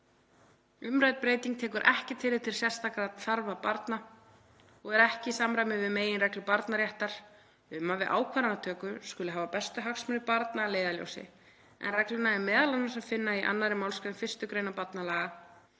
Umrædd breyting tekur ekki tillit til sérstakra þarfa barna og er ekki í samræmi við meginreglu barnaréttar um að við ákvarðanatöku skuli hafa bestu hagsmuni barna að leiðarljósi en regluna er m.a. að finna í 2. mgr. 1. gr. barnalaga